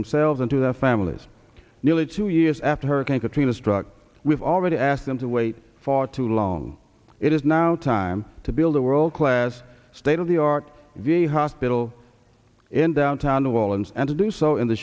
themselves and to their families nearly two years after hurricane katrina struck we've already asked them to wait far too long it is now time to build a world class state of the art v a hospital in downtown the wall and and to do so in the